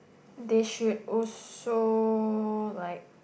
they should also like